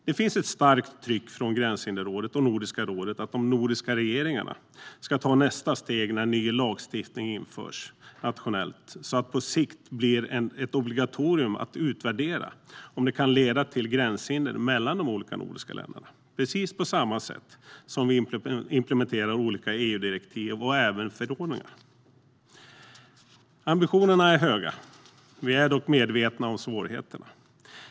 Det finns ett starkt tryck från Gränshinderrådet och Nordiska rådet att de nordiska regeringarna ska ta nästa steg när ny lagstiftning införs nationellt så att det på sikt blir ett obligatorium att utvärdera om det kan leda till gränshinder mellan de olika nordiska länderna, precis på samma sätt som vi implementerar olika EU-direktiv och även förordningar. Ambitionerna är höga. Vi är dock medvetna om svårigheterna.